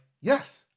yes